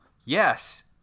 Yes